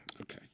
Okay